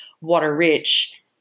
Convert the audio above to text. water-rich